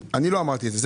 אני לא אמרתי את זה.